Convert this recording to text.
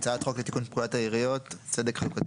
הצעת חוק לתיקון פקודת העיריות (צדק חלוקתי